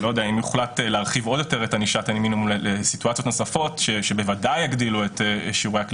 ואם שנה הבאה נאבד את המומנטום ויהיה פחות רעש יחזרו בדיוק